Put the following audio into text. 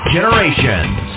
Generations